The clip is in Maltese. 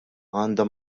għandha